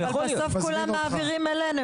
בסוף כולם מעבירים אלינו,